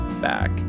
back